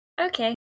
Okay